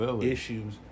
issues